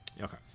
okay